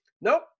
Nope